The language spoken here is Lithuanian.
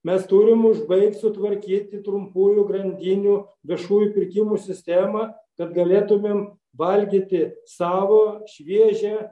mes turim užbaigti sutvarkyti trumpųjų grandinių viešųjų pirkimų sistemą kad galėtumėm valgyti savo šviežią